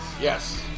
Yes